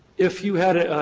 if you had a